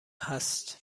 هست